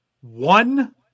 One